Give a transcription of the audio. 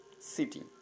city